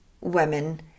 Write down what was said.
women